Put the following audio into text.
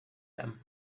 him